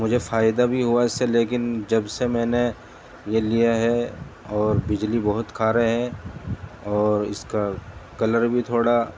مجھے فائدہ بھی ہوا اس سے لیکن جب سے میں نے یہ لیا ہے اور بجلی بہت کھا رہے ہے اور اس کا کلر بھی تھوڑا